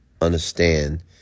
understand